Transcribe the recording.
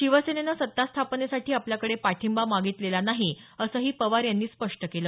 शिवसेनेने सत्ता स्थापनेसाठी आपल्याकडे पाठिंबा मागितलेला नाही असंही पवार यांनी स्पष्ट केलं